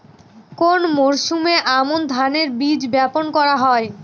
কোন মরশুমে আমন ধানের বীজ বপন করা হয়?